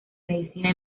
medicina